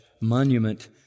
monument